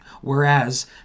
Whereas